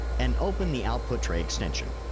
and open the output tray extension.